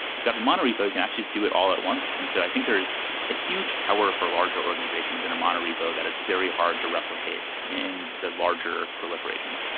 if you have a mono repo, you can actually just do it all at once. and so i think there's a huge power for larger organizations in a mono repo that is very hard to replicate in the larger proliferation.